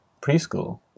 preschool